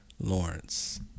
Lawrence